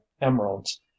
emeralds